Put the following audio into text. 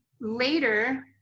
later